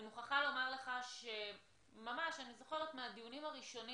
אני מוכרחה לומר לך שממש אני זוכרת מהדיונים הראשונים